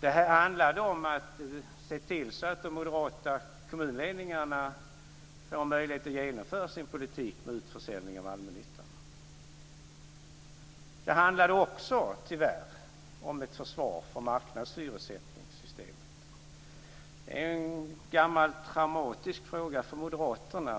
Det handlade om att se till så att de moderata kommunledningarna får möjlighet att genomföra sin politik med utförsäljningar av allmännyttan. Det handlade tyvärr också om ett försvar för marknadshyressättningssystemet. Frågan om marknadshyror eller inte är en gammal traumatisk fråga för Moderaterna.